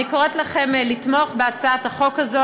אני קוראת לכם לתמוך בהצעת החוק הזאת.